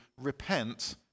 repent